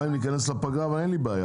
בעוד שבועיים ניכנס לפגרה, אבל אין לי בעיה.